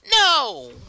No